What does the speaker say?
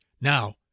Now